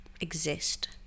exist